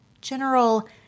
general